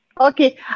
Okay